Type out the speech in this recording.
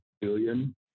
billion